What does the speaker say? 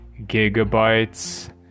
gigabytes